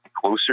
closer